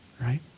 right